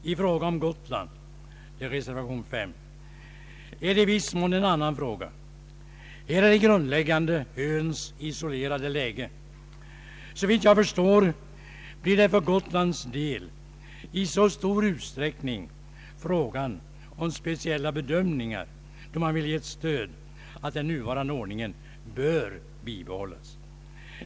I fråga om Gotland — som tas upp i reservation nr 5 — är förhållandet i viss mån annorlunda. Det grundläggande är här öns isolerade läge. Såvitt jag förstår blir det för Gotlands del i så stor utsträckning fråga om speciella bedömningar beträffande stödåtgärder att den nuvarande ordningen bör bibehållas.